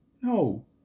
No